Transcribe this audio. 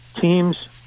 teams